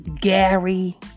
Gary